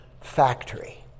factory